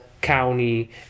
county